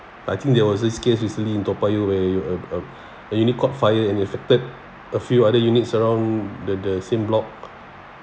I think there was this case recently in toa payoh where a a unit caught fire and affected a few other units around the the same block